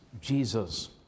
Jesus